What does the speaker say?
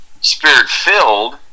spirit-filled